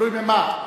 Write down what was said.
תלוי במה.